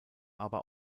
aber